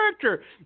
character